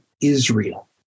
Israel